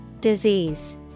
Disease